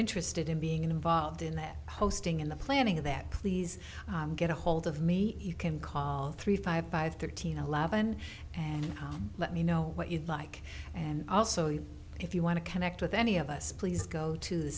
interested in being involved in that hosting in the planning of that please get ahold of me you can call three five five thirteen eleven and let me know what you'd like and also you if you want to connect with any of us please go to the